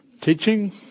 Teaching